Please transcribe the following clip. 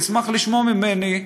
תשמח לשמוע ממני: